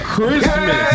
Christmas